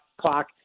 clock